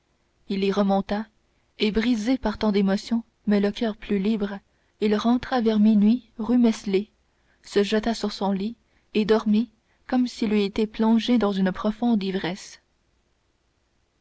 il y remonta et brisé par tant d'émotions mais le coeur plus libre il rentra vers minuit rue meslay se jeta sur son lit et dormit comme s'il eût été plongé dans une profonde ivresse